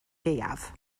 gaeaf